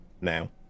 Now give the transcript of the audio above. now